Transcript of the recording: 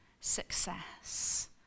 success